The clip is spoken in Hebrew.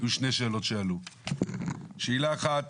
היו שתי שאלות שעלו: שאלה אחת,